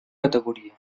categoria